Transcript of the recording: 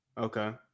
Okay